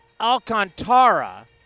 Alcantara